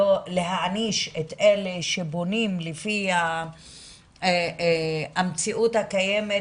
להעניש את אלה שבונים לפי המציאות הקיימת,